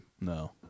No